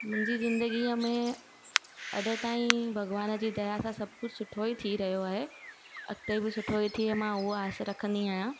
मुंहिंजी ज़िंदगीअ में अॼु ताईं भॻवान जी दया सां सभु कुझु सुठो ई थी रहियो आहे अॻिते बि सुठो ई थिए मां उहो आस रखंदी आहियां